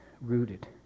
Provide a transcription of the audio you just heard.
rooted